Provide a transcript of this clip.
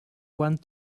quan